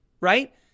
right